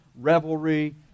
revelry